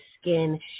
skin